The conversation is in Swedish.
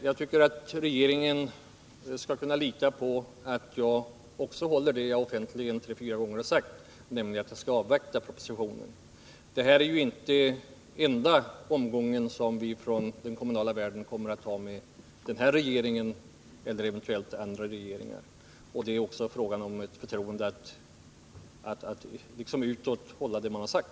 Jag tycker att regeringen skall kunna lita på vad jag redan har sagt ett antal gånger, nämligen att jag skall avvakta med att ta ställning tills propositionen kommer. Det här är ju inte den enda gång som vi från den kommunala världen kommer att ha med den här regeringen och andra regeringar att göra. Men vad det alltså är fråga om är att stå fast vid vad man har sagt.